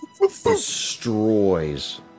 Destroys